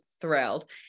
thrilled